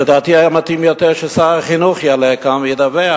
לדעתי היה מתאים יותר ששר החינוך יעלה לכאן וידווח